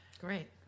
Great